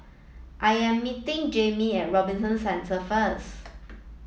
I am meeting Jaimie at Robinson Centre first